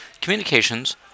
communications